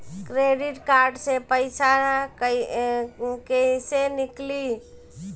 Credit card से पईसा केइसे निकली?